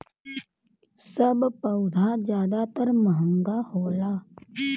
सब पउधा जादातर महंगा होला